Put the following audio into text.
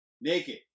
Naked